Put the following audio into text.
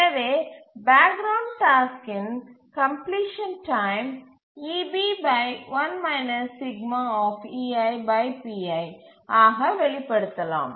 எனவே background டாஸ்க்கின் completion time ஆக வெளிப்படுத்தலாம்